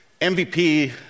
MVP